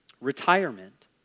retirement